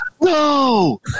no